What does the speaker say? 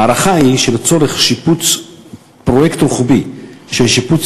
ההערכה היא שלצורך מימון פרויקט רוחבי של שיפוץ